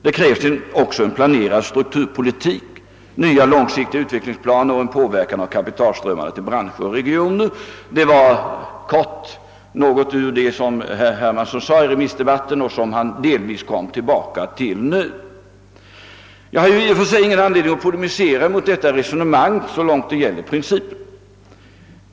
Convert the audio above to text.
Det krävs också en aktiverad strukturpolitik, nya långsiktiga utvecklingsplaner och påverkan av kapitalströmmarna till branscher och regioner. Detta var helt kort något av det som herr Hermansson framhöll i remissdebatten och som han nu delvis kom tillbaka till. Jag har i och för sig ingen anledning att polemisera mot resonemanget så långt det gäller principer.